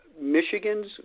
Michigan's